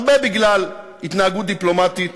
הרבה בגלל התנהגות דיפלומטית